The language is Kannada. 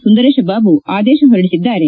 ಸುಂದರೇಶ ಬಾಬು ಆದೇಶ ಹೊರದಿಸಿದ್ದಾರೆ